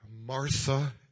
martha